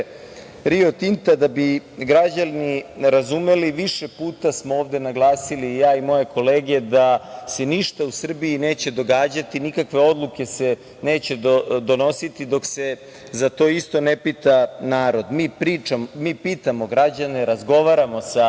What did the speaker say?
da bi građani razumeli, više puta smo ovde naglasili i ja i moje kolege da se ništa u Srbiji neće događati, nikakve odluke se neće donositi dok se za to isto ne pita narod. Mi pitamo građane, razgovaramo sa